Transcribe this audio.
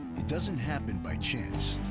it doesn't happen by chance.